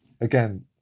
again